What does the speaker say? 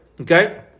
Okay